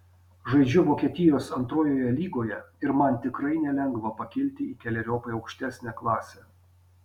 žaidžiu vokietijos antrojoje lygoje ir man tikrai nelengva pakilti į keleriopai aukštesnę klasę